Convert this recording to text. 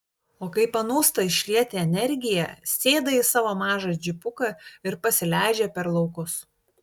o kai panūsta išlieti energiją sėda į savo mažą džipuką ir pasileidžia per laukus